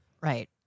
right